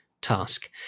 task